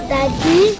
Daddy